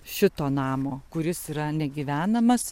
šito namo kuris yra negyvenamas